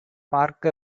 பார்க்க